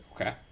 Okay